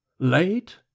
Late